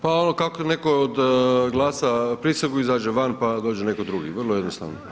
Pa ono kako neko odglasa prisegu, izađe van, pa dođe neko drugi, vrlo jednostavno.